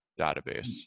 database